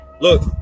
look